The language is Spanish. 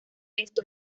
estos